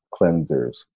cleansers